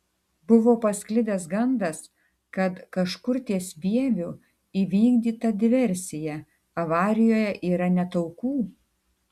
buvo pasklidęs gandas kad kažkur ties vieviu įvykdyta diversija avarijoje yra net aukų